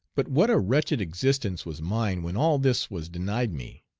but what a wretched existence was mine when all this was denied me!